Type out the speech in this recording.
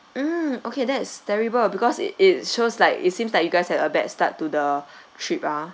um okay that is terrible because it it shows like it seems like you guys had a bad start to the trip ah